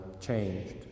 changed